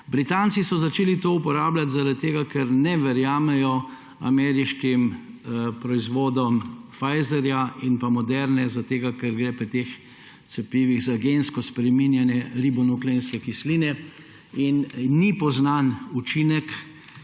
Britanci so začeli to uporabljati zaradi tega, ker ne verjamejo ameriškim proizvodom Pfizerja in Moderne, ker gre pri teh cepivih za gensko spreminjanje ribonukleinske kisline in ni poznan učinek,